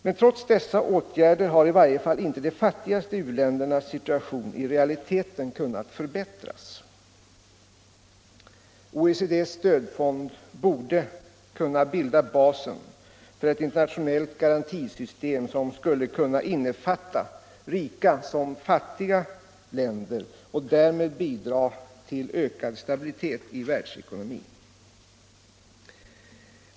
Men trots dessa åtgärder har i varje fall inte de fattigaste uländernas situation i realiteten kunnat förbättras. OECD:s stödfond borde kunna bilda basen för ett internationellt garantisystem som skulle kunna innefatta rika som fattiga länder och därmed bidra till ökad stabilitet i världsekonomin.